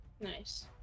Nice